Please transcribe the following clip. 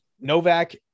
Novak